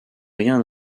rien